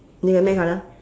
nei hai me colour